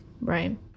Right